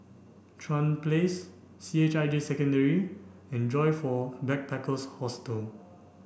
Chuan Place C H I J Secondary and Joyfor Backpackers Hostel